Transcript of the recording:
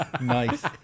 Nice